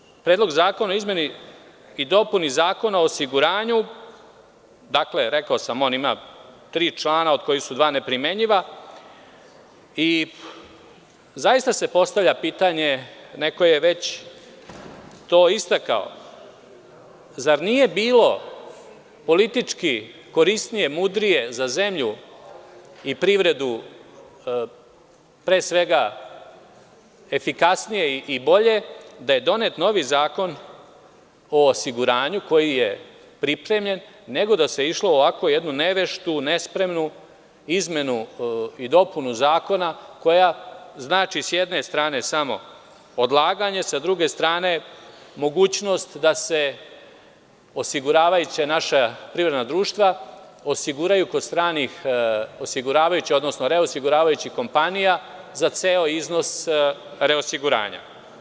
Kada je u pitanju Predlog zakona o izmenama i dopunama Zakona o osiguranju, dakle, rekao sam da on ima tri člana od kojih su dva neprimenjiva i zaista se postavlja pitanje, a neko je već to istakao, zar nije bilo politički korisnije, mudrije za zemlju i privredu pre svega efikasnije i bolje, da je donet novi zakon o osiguranju koji je pripremljen nego da se išlo u ovako jednu neveštu, nespremnu i izmenu i dopunu zakona koja znači samo s jedne strane odlaganje, a sa druge strane mogućnost da se osiguravajuća naša privredna društva osiguraju kod stranih osiguravajućih, odnosno reosiguravajućih kompanija za ceo iznos reosiguranja.